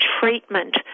treatment